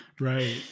Right